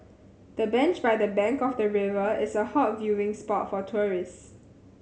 the bench by the bank of the river is a hot viewing spot for tourists